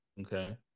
Okay